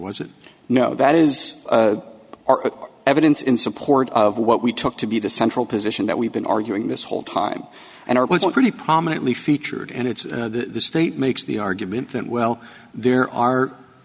was it no that is evidence in support of what we took to be the central position that we've been arguing this whole time and it wasn't pretty prominently featured and it's the state makes the argument that well there are